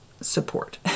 support